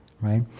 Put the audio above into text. right